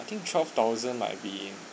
I think twelve thousand might be